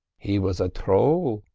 he was a troll,